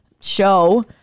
show